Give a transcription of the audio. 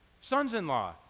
sons-in-law